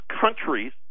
countries